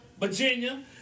Virginia